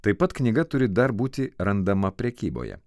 taip pat knyga turi dar būti randama prekyboje